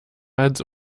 als